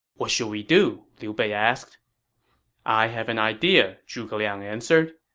what should we do? liu bei asked i have an idea, zhuge liang answered.